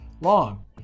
long